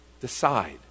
Decide